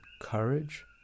courage